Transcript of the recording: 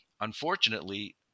Unfortunately